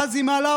ואז היא מעלה,